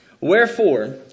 Wherefore